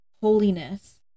holiness